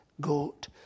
goat